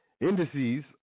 indices